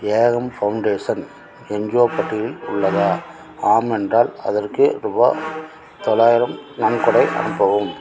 ஏகம் foundation NGO பட்டியலில் உள்ளதா ஆம் என்றால் அதற்கு ரூபாய் தொள்ளாயிரம் நன்கொடை அனுப்பவும்